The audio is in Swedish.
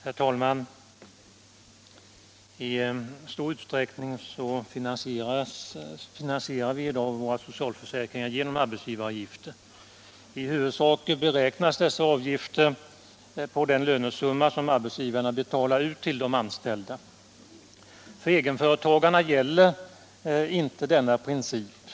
Herr talman! I stor utsträckning finansierar vi i dag våra socialförsäkringar genom arbetsgivaravgifter. I huvudsak beräknas dessa avgifter på den lönesumma som arbetsgivaren betalar ut till de anställda. För egenföretagarna gäller inte denna princip.